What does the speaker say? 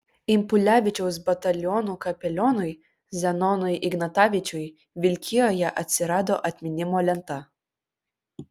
impulevičiaus batalionų kapelionui zenonui ignatavičiui vilkijoje atsirado atminimo lenta